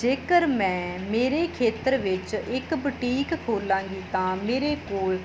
ਜੇਕਰ ਮੈਂ ਮੇਰੇ ਖੇਤਰ ਵਿੱਚ ਇੱਕ ਬੁਟੀਕ ਖੋਲ੍ਹਾਂਗੀ ਤਾਂ ਮੇਰੇ ਕੋਲ